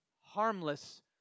harmless